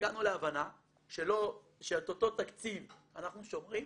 הגענו להבנה שאת אותו תקציב אנחנו שומרים,